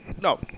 No